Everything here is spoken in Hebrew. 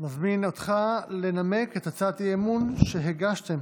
מזמין אותך לנמק את הצעת האי-אמון שהגשתם